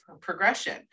progression